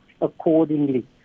accordingly